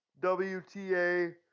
WTA